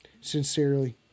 Sincerely